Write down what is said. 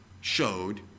showed